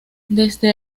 desde